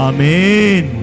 Amen